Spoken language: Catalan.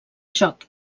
joc